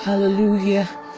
Hallelujah